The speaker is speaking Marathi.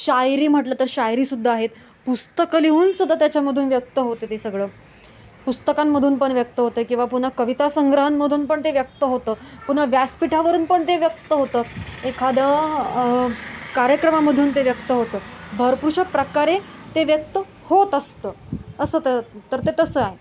शायरी म्हटलं तर शायरीसुद्धा आहेत पुस्तकं लिहूनसुद्धा त्याच्यामधून व्यक्त होतं ते सगळं पुस्तकांमधून पण व्यक्त होतं किंवा पुन्हा कविता संग्रहांमधून पण ते व्यक्त होतं पुन्हा व्यासपीठावरून पण ते व्यक्त होतं एखादं कार्यक्रमामधून ते व्यक्त होतं भरपूरशा प्रकारे ते व्यक्त होत असतं असं तर ते तसं आहे